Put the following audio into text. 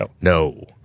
no